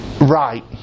right